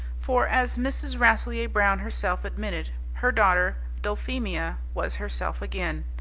for, as mrs. rasselyer-brown herself admitted, her daughter, dulphemia, was herself again.